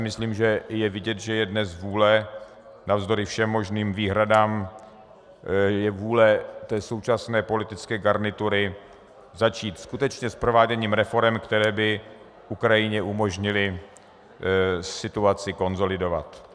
Myslím, že je vidět, že je dnes vůle navzdory všem možným výhradám současné politické garnitury začít skutečně s prováděním reforem, které by Ukrajině umožnily situaci konsolidovat.